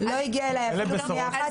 לא הגיעה אלי אפילו לא פנייה אחת.